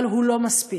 אבל הוא לא מספיק.